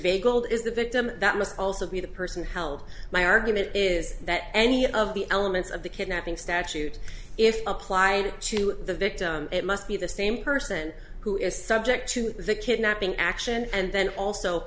is the victim that must also be the person held my argument is that any of the elements of the kidnapping statute if apply to the victim it must be the same person who is subject to the kidnapping act and then also